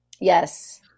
Yes